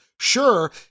sure